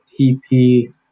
TP